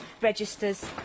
registers